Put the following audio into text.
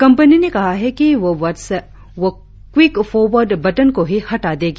company ने कहा है कि वह क्विकफॉवर्ड बटन को ही हटा देगी